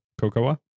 cocoa